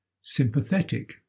sympathetic